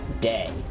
day